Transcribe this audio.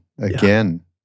again